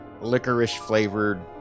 licorice-flavored